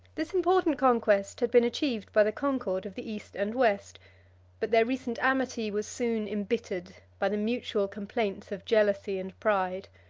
this important conquest had been achieved by the concord of the east and west but their recent amity was soon imbittered by the mutual complaints of jealousy and pride.